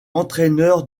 entraîneur